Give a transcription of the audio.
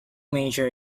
major